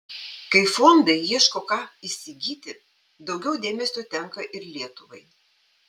kai fondai ieško ką įsigyti daugiau dėmesio tenka ir lietuvai